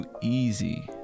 easy